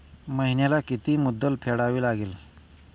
महिन्याला किती मुद्दल फेडावी लागेल?